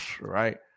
right